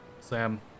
Sam